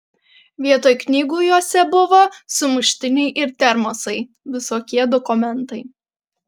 vietoj knygų juose buvo sumuštiniai ir termosai visokie dokumentai